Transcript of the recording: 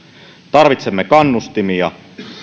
tarvitsemme kannustimia